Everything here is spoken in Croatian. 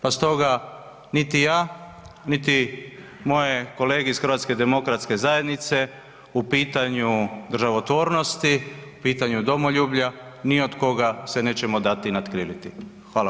Pa stoga niti ja, niti moje kolege iz HDZ-a u pitanju državotvornosti, u pitanju domoljublja ni od koga se nećemo dati natkriliti.